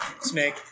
snake